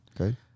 Okay